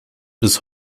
bis